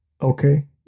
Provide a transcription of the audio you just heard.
Okay